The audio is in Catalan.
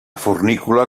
fornícula